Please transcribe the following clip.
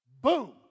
Boom